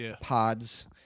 pods